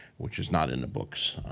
which is not in the books.